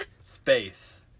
space